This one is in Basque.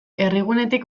herrigunetik